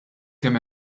kemm